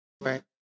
Right